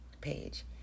page